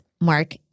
Mark